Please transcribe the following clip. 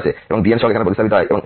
আসে এবং bn সহগ এখানে প্রতিস্থাপিত হয়